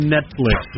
Netflix